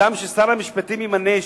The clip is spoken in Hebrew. אדם ששר המשפטים ימנה,